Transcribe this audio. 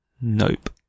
Nope